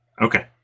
Okay